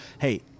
hey